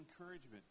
encouragement